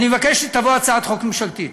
אני מבקש שתבוא הצעת חוק ממשלתית,